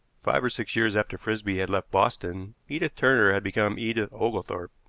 five or six years after frisby had left boston, edith turner had become edith oglethorpe,